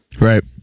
right